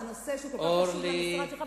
זה נושא שהוא כל כך חשוב למשרד שלך,